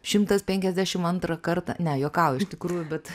šimtas penkiasdešim antrą kartą ne juokauju iš tikrųjų bet